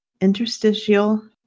interstitial